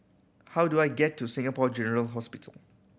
how do I get to Singapore General Hospital